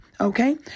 Okay